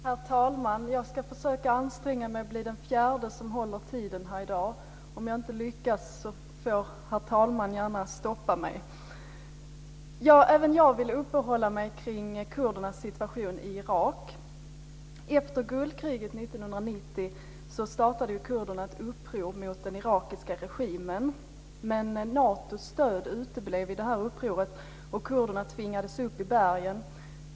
Herr talman! Jag ska försöka anstränga mig för att bli den fjärde som håller tiden här i dag. Om jag inte lyckas får herr talmannen gärna stoppa mig. Även jag vill uppehålla mig kring kurdernas situation i Irak. Efter Gulfkriget 1990 startade kurderna ett uppror mot den irakiska regimen. Men Natos stöd uteblev, och kurderna tvingades upp i bergen.